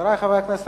חברי חברי הכנסת,